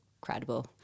credible